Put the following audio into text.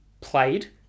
played